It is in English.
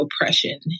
oppression